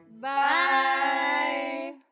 Bye